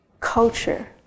Culture